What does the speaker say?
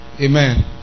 amen